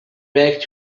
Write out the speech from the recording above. back